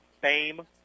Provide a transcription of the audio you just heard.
Fame